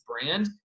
brand